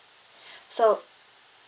so